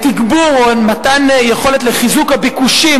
תגבור או מתן יכולת לחיזוק הביקושים